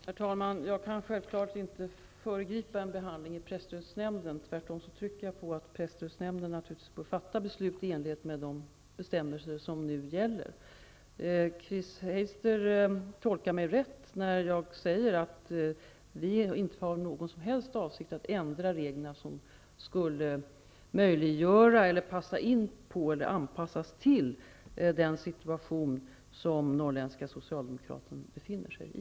Herr talman! Jag kan självfallet inte föregripa en behandling i presstödsnämnden. Tvärtom vill jag trycka på att presstödsnämnden naturligtvis bör fatta beslut i enlighet med de bestämmelser som nu gäller. Chris Heister tolkar mig rätt när jag säger att regeringen inte har någon som helst avsikt att ändra reglerna så att de skulle anpassas till en sådan situation som Norrländska Socialdemokraten befinner sig i.